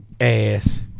ass